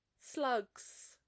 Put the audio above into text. Slugs